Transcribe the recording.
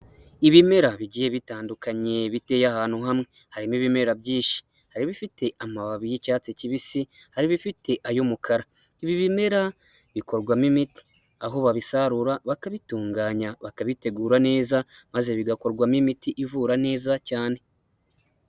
Ibimera bigihe bitandukanye biteye ahantu hamwe, harimo ibimera byinshi. Hari ibifite amababi y'icyatsi kibisi, hari ibifite ay'umukara. Ibi bimera bikorwamo imiti aho babisarura bakabitunganya, bakabitegura neza maze bigakorwamo imiti ivura neza cyane.